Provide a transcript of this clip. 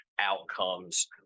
outcomes